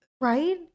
Right